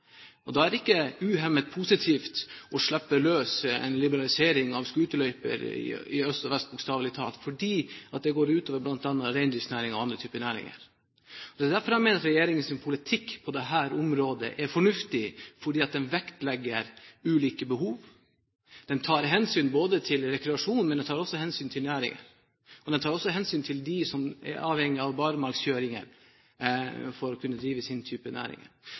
areal. Da er det ikke udelt positivt å slippe løs en liberalisering av scooterløyper i øst og vest, bokstavelig talt. Det går ut over bl.a. reindriftsnæringen og andre typer næringer. Det er derfor jeg mener at regjeringens politikk på dette området er fornuftig – den vektlegger ulike behov. Den tar hensyn til rekreasjon, men den tar også hensyn til næringer. Den tar også hensyn til dem som er avhengige av barmarkskjøring for å kunne drive sin type